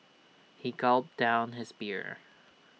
he gulped down his beer